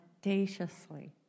audaciously